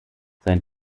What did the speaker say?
sein